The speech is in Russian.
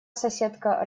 соседка